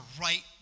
right